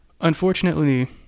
unfortunately